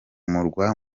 murwa